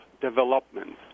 development